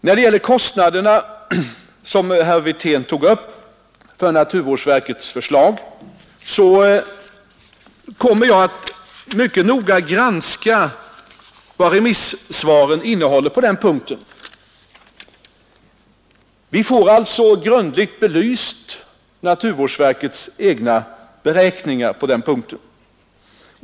När det gäller kostnaderna för naturvårdsverkets förslag, som herr Wirtén tog upp, kommer jag att mycket noga granska vad remissvaren innehåller på den punkten. Vi får alltså en grundlig belysning av naturvårdsverkets egna beräkningar på den punkten.